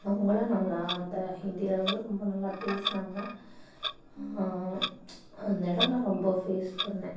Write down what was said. அவங்கெல்லாம் நல்லா அந்த ஹிந்தியில வந்து ரொம்ப நல்லா பேசுனாங்க அந்த இடம் நான் ரொம்ப ஃபேஸ் பண்ணேன்